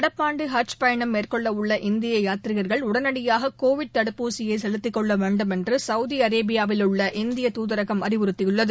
நடப்பாண்டு ஹஜ் பயணம் மேற்கொள்ளவுள்ள இந்திய யாத்ரிகர்கள் உடனடியாக கோவிட் தடுப்பூசியை செலுத்திக்கொள்ள வேண்டும் என்று சவுதி அரேபியாவிலுள்ள இந்திய தூதரகம் அறிவுறுத்தியுள்ளது